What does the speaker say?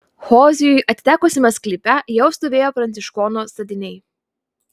hozijui atitekusiame sklype jau stovėjo pranciškonų statiniai